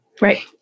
Right